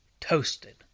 toasted